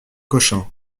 cochin